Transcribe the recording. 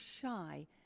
shy